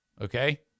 Okay